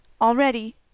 already